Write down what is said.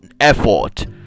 effort